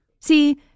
See